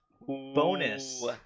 bonus